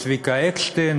צביקה אקשטיין,